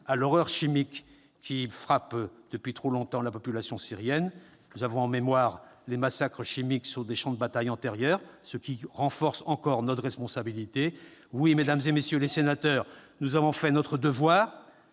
à l'horreur chimique qui frappe depuis trop longtemps la population syrienne. Nous avons en mémoire les massacres chimiques intervenus sur des champs de bataille antérieurs, ce qui renforce encore notre responsabilité. Oui, mesdames, messieurs les sénateurs, nous avons fait notre devoir